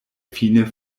fine